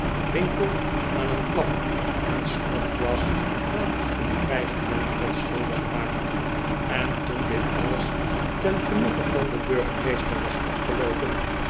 winkle aan een klap en snodgrass aan een dreigement had schuldig gemaakt en toen dit alles ten genoege van den burgemeester was afgeloopen